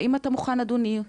האם אתה מוכן, אדוני?